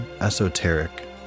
Esoteric